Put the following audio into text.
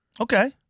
Okay